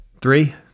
Three